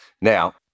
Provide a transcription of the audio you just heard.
Now